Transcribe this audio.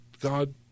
god